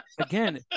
again